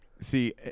See